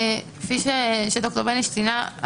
כפי שד"ר ביניש ציינה,